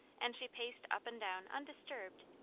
and she paced up and down undisturbed,